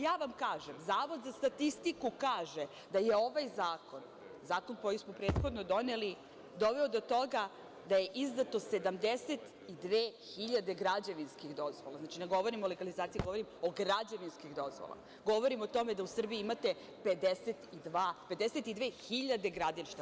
Ja vam kažem, Zavod za statistiku kaže da je ovaj Zakon, zakon koji smo prethodno doneli doveo do toga da je izdato 72.000 građevinskih dozvola, znači ne govorim o legalizaciji, govorim o građevinskim dozvolama, govorim o tome da u Srbiji imate 52.000 gradilišta.